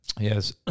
Yes